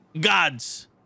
gods